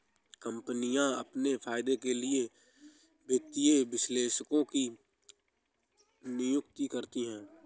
कम्पनियाँ अपने फायदे के लिए वित्तीय विश्लेषकों की नियुक्ति करती हैं